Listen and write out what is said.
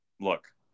Look